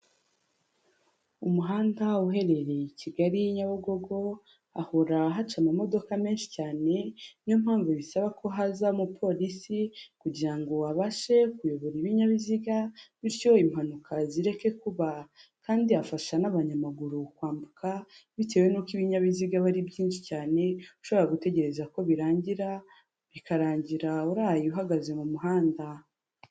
Umuhanda uherereye i Kigali-Nyabugogo, horara haca amamodoka menshi cyane. niyo mpamvu bisaba ko haza umupolisi, kugirango abashe kuyobora ibinyabiziga bityo impanuka zireke kuba, kandi afasha n'abanyamaguru kwambuka bitewe n'uko ibinyabiziga biba ari byinshi cyane ushobora gutegereza ko birangira, bikarangira uraye uhagaze mu muhanda.